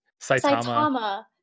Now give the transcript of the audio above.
Saitama